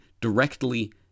directly